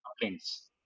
complaints